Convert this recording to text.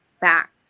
back